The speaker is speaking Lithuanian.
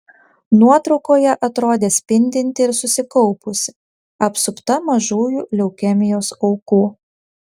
nuotraukoje atrodė spindinti ir susikaupusi apsupta mažųjų leukemijos aukų